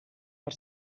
per